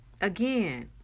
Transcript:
Again